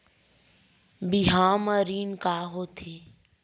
बिहाव म ऋण का होथे?